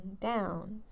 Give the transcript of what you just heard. down